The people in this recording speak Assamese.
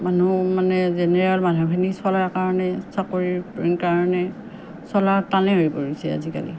মানুহ মানে জেনেৰেল মানুহখিনি চলাৰ কাৰণে চাকৰিৰ কাৰণে চলাত টানে হৈ পৰিছে আজিকালি